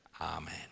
Amen